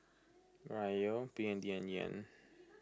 Riyal B N D and Yen